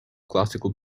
classical